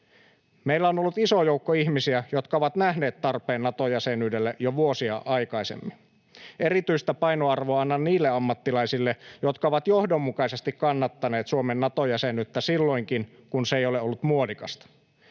Meillä on ollut iso joukko ihmisiä, jotka ovat nähneet tarpeen Nato-jäsenyydelle jo vuosia aikaisemmin. Erityistä painoarvoa annan niille ammattilaisille, jotka ovat johdonmukaisesti kannattaneet Suomen Nato-jäsenyyttä silloinkin, kun se ei ole ollut muodikasta.